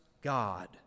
God